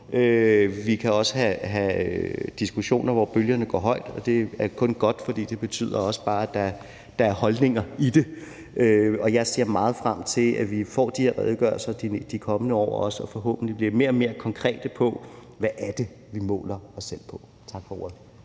Vi kan også have diskussioner, hvor bølgerne går højt, og det er kun godt, for det betyder også bare, at der er holdninger i det. Jeg ser meget frem til, at vi får de her redegørelser de kommende år, og forhåbentlig også bliver mere og mere konkrete på, hvad det er, vi måler os selv på. Tak for ordet.